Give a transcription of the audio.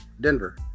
Denver